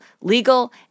legal